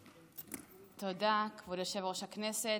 תודה, כבוד יושב-ראש הישיבה.